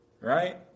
Right